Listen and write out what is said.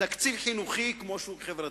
תקציב חינוכי כמו שהוא חברתי.